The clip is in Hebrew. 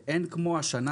אין כמו השנה,